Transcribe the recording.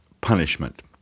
punishment